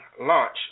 launch